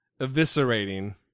eviscerating